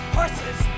horses